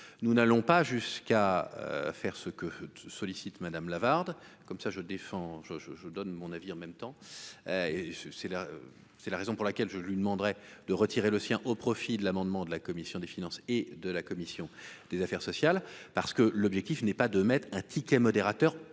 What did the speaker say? nous n'allons pas jusqu'à faire ce que sollicite madame Lavarde comme ça, je défends je, je, je donne mon avis en même temps et c'est la c'est la raison pour laquelle je lui demanderai de retirer le sien au profit de l'amendement de la commission des finances et de la commission des affaires sociales, parce que l'objectif n'est pas de mettre un ticket modérateur